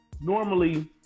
normally